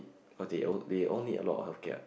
cause they all they all need a lot of healthcare